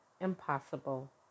Impossible